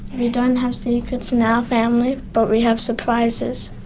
we don't have secrets in our family but we have surprises.